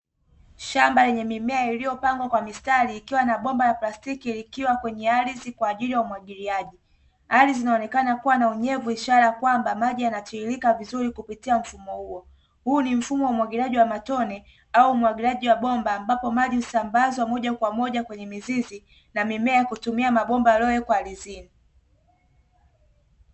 Shamba yenye mimea iliyopangwa kwa mistari, ikiwa na bomba la plastiki likiwa kwenye ardhi kwa ajili ya umwagiliaji. Ardhi inaonekana kuwa na unyevu, ishara ya kwamba maji yanatiririka vizuri kupitia mfumo huo. Huu ni mfumo wa umwagiliaji wa matone au umwagiliaji wa bomba, ambapo maji husambazwa moja kwa moja kwenye mizizi na mimea hutumia mabomba yaliyowekwa ardhini.